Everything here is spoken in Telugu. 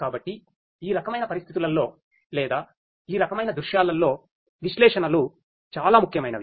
కాబట్టి ఈ రకమైన పరిస్థితులలో లేదా ఈ రకమైన దృశ్యాలలో విశ్లేషణలు చాలా ముఖ్యమైనవి